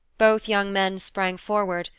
both young men sprang forward,